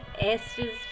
Esther's